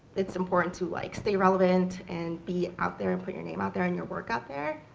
it's important to like stay relevant and be out there and put your name out there and your work out there.